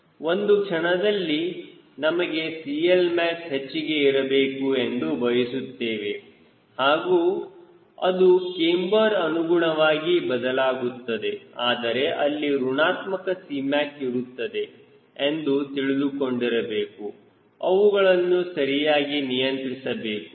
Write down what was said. ಒಂದು ಕ್ಷಣದಲ್ಲಿ ನಮಗೆ CLmax ಹೆಚ್ಚಿಗೆ ಇರಬೇಕು ಎಂದು ಬಯಸುತ್ತೇವೆ ಹಾಗೂ ಅದು ಕ್ಯಾಮ್ಬರ್ಅನುಗುಣವಾಗಿ ಬದಲಾಗುತ್ತದೆ ಆದರೆ ಅಲ್ಲಿ ಋಣಾತ್ಮಕ Cmac ಇರುತ್ತದೆ ಎಂದು ತಿಳಿದುಕೊಂಡಿರಬೇಕುಅವುಗಳನ್ನು ಸರಿಯಾಗಿ ನಿಯಂತ್ರಿಸಬೇಕು